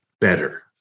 better